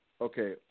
Okay